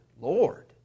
Lord